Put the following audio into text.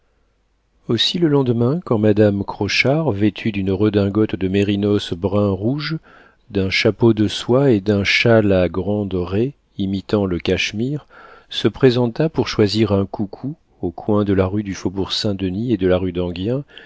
aussi le lendemain quand madame crochard vêtue d'une redingote de mérinos brun rouge d'un chapeau de soie et d'un châle à grandes raies imitant le cachemire se présenta pour choisir un coucou au coin de la rue du faubourg-saint-denis et de la rue d'enghien